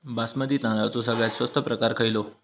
बासमती तांदळाचो सगळ्यात स्वस्त प्रकार खयलो?